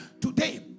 today